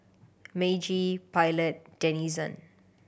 Meiji Pilot Denizen